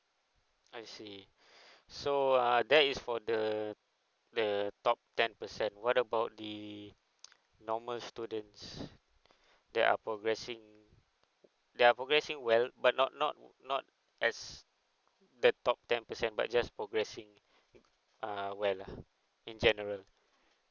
I see so uh that is for the the top ten percent what about the normal students they are progressing their progressing well but not not not as the top ten percent but just progressing uh well lah in general